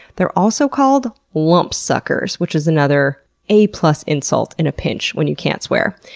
they're also called lumpsuckers, which is another a plus insult in a pinch when you can't swear.